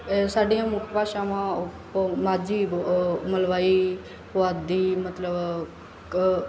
ਸਾਡੀਆਂ ਮੁੱਖ ਭਾਸ਼ਾਵਾਂ ਉਹ ਪੁ ਮਾਝੀ ਬ ਮਲਵਈ ਪੁਆਧੀ ਮਤਲਬ ਕ